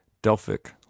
Delphic